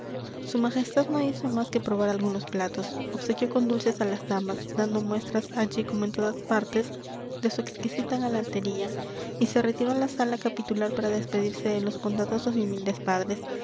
su majestad no hizo más que probar algunos platos obsequió con dulces a las damas dando muestras allí como en todas partes de su exquisita galantería y se retiró a la sala capitular para despedirse de los bondadosos y humildes padres